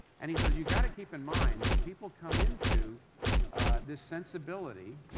and he says, you got to keep in mind that people come into this sensibility